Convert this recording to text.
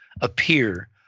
appear